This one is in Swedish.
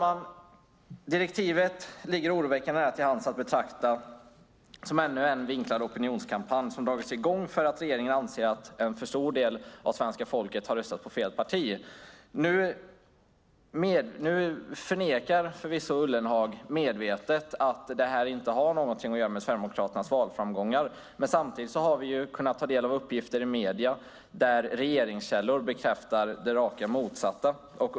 Direktivet ligger oroväckande nära till hands att betrakta som ännu en vinklad opinionskampanj som dragits i gång för att regeringen anser att en för stor del av svenska folket har röstat på fel parti. Nu förnekar förvisso Ullenhag att det här skulle ha något att göra med Sverigedemokraternas valframgångar, men samtidigt har vi kunnat ta del av uppgifter i medierna där regeringskällor bekräftar det rakt motsatta.